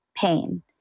pain